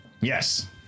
Yes